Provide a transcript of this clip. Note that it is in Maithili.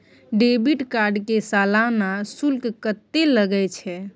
डेबिट कार्ड के सालाना शुल्क कत्ते लगे छै?